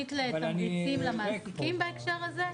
תוכנית תמריצים למעסיקים בהקשר הזה?